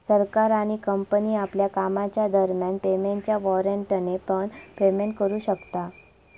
सरकार आणि कंपनी आपल्या कामाच्या दरम्यान पेमेंटच्या वॉरेंटने पण पेमेंट करू शकता